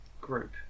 group